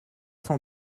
cent